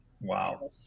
Wow